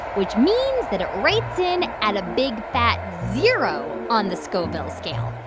which means that it rates in and a big, fat zero on the scoville scale.